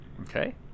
okay